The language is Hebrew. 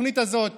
בתוכנית הזאת